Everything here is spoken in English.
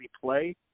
play